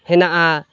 ᱦᱮᱱᱟᱜᱼᱟ